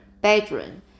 bedroom